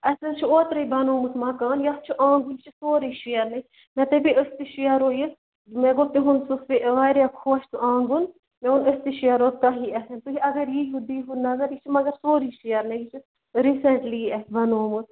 اَسہِ حظ چھُ اوترٕے بَنوومُت مَکان یَتھ چھُ آنٛگُن یہِ چھُ سورُے شیرنٕے مےٚ دپیٛاو أسۍ تہِ شیرو یہِ مےٚ گوٚو تِہُنٛد سُہ واریاہ خۄش سُہ آنٛگُن مےٚ ووٚن أسۍ تہِ شیرو تۄہی اَتھ تُہۍ اَگر ییٖہو دیٖہو نظر یہِ چھُ مگر سورُے شیرنٕے یہِ چھُ ریٖسنٛٹلی اَسہِ بَنوومُت